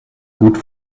gut